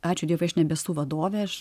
ačiū dievui aš nebesu vadovė aš